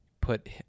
put